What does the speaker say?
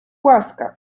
łaskaw